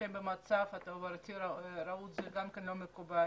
והם במצב תברואתי רעוע זה גם לא מקובל.